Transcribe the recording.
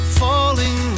falling